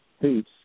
peace